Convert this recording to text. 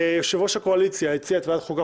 יושב-ראש הקואליציה הציע את ועדת החוקה,